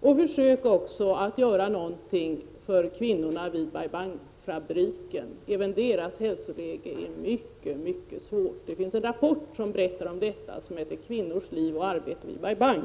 Och försök också att göra någonting för kvinnorna vid Bai Bang-fabriken. Även deras hälsoläge är mycket svårt. Det finns en rapport som berättar om detta och som heter Kvinnors liv och arbete vid Bai Bang.